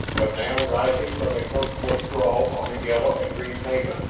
but now, rising from a comfortable sprawl on the yellow-and-green pavement,